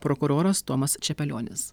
prokuroras tomas čepelionis